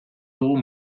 dugu